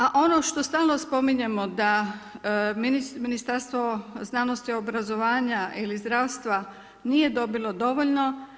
A ono što stalno spominjemo da Ministarstvo znanosti i obrazovanja ili zdravstva nije dobilo dovoljno.